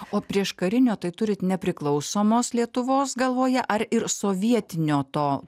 o prieškarinio tai turit nepriklausomos lietuvos galvoje ar ir sovietinio to